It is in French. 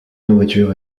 nourriture